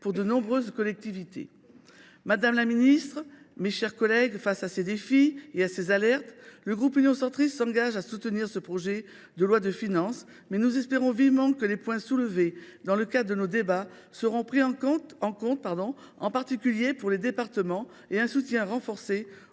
pour de nombreuses collectivités. Madame la ministre, mes chers collègues, face à ces défis et malgré leurs alertes, les élus du groupe Union Centriste s’engagent à soutenir ce projet de loi de finances, en espérant vivement que les questions soulevées dans le cadre de nos débats seront prises en compte, en particulier pour ce qui est des départements et du soutien renforcé